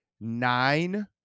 nine